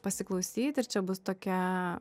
pasiklausyti ir čia bus tokia